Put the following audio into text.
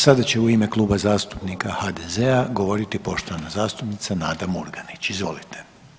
Sada će u ime Kluba zastupnika HDZ-a govoriti poštovana zastupnica Nada Murganić, izvolite.